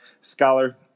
Scholar